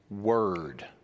word